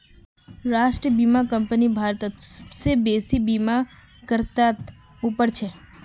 राष्ट्रीय बीमा कंपनी भारतत सबसे बेसि बीमाकर्तात उपर छ